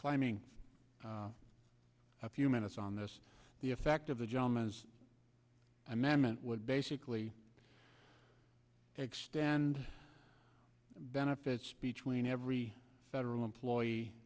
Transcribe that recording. climbing a few minutes on this the effect of the gym is amendment would basically extend benefits between every federal employee